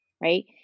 right